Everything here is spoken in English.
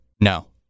no